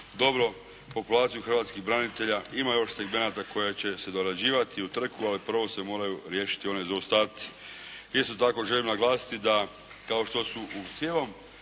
dobro populaciju hrvatskih branitelja. Ima još segmenata koja će se dorađivati u trku, ali prvo se moraju riješiti oni zaostaci. Isto tako želim naglasiti da kao što su u cijelom